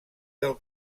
del